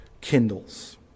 kindles